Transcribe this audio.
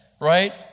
right